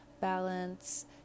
Balance